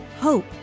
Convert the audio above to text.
hope